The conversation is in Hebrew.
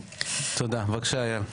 תודה, בבקשה אייל.